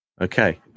Okay